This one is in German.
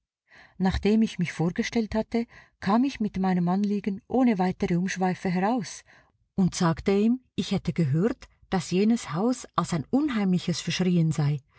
nachdem ich mich vorgestellt hatte kam ich mit meinem anliegen ohne weitere umschweife heraus und sagte ihm ich hätte gehört daß jenes haus als ein unheimliches verschrieen sei